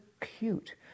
cute